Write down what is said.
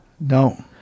No